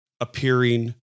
appearing